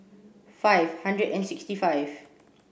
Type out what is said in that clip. five hundred and sixty five